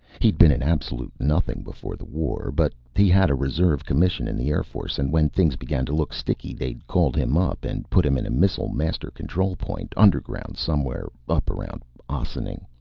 he'd been an absolute nothing before the war but he had a reserve commission in the air force, and when things began to look sticky, they'd called him up and put him in a missile master control point, underground somewhere up around ossining.